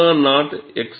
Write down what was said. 𝞼 not x